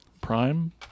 Prime